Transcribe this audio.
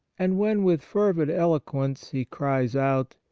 and when with fervid eloquence he cries out,